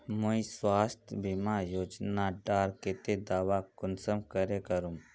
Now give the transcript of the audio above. मुई स्वास्थ्य बीमा योजना डार केते दावा कुंसम करे करूम?